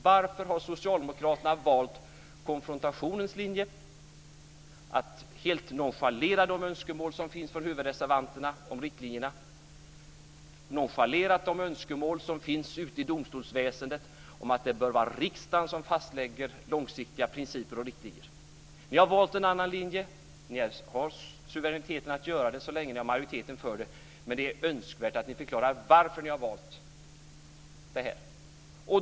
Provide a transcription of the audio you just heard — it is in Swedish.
Varför har socialdemokraterna valt konfrontationens linje? Ni har valt att helt nonchalera de önskemål som finns från huvudreservanterna om riktlinjerna. Ni har valt att nonchalera de önskemål som finns ute i domstolsväsendet om att det bör vara riksdagen som fastlägger långsiktiga principer och riktlinjer. Ni har valt en annan linje. Ni har suveräniteten att göra det så länge ni har majoriteten för det. Men det är önskvärt att ni förklarar varför ni har valt det.